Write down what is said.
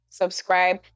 subscribe